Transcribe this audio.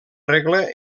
regla